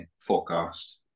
forecast